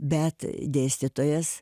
bet dėstytojas